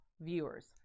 viewers